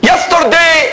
Yesterday